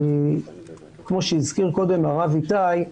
כמו שהזכיר קודם הרב איתי,